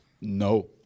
No